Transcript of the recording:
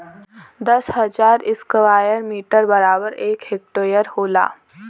दस हजार square metre बराबर एक हेक्टेयर होला